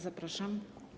Zapraszam.